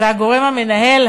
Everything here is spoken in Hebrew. והגורם המנהל,